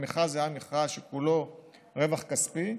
המכרז היה מכרז שכולו רווח כספי,